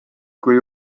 kui